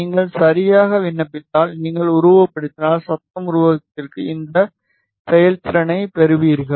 நீங்கள் சரியாக விண்ணப்பித்தால் நீங்கள் உருவகப்படுத்தினால் சத்தம் உருவத்திற்கு இந்த செயல்திறனைப் பெறுவீர்கள்